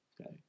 Okay